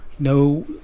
No